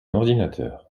ordinateur